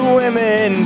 women